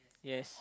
yes